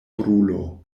brulo